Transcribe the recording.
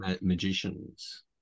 magicians